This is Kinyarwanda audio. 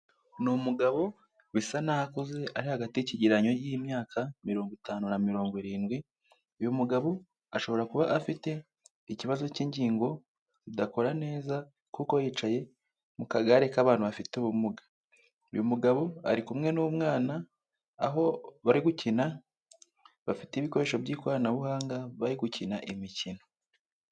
Ni umugabo bisa naho akuze ari hagati y'ikigereranyo y'imyaka mirongo itanu na mirongo irindwi, uyu mugabo ashobora kuba afite ikibazo cy'ingingo zidakora neza kuko yicaye mu kagare k'abantu bafite ubumuga. Uyu mugabo ari kumwe n'umwana, aho bari gukina bafite ibikoresho by'ikoranabuhanga, bari gukina imikino.